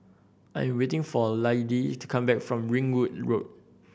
I'm waiting for Lidie to come back from Ringwood Road